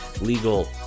legal